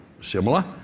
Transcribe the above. similar